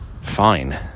fine